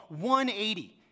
180